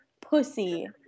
pussy